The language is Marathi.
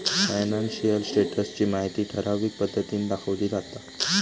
फायनान्शियल स्टेटस ची माहिती ठराविक पद्धतीन दाखवली जाता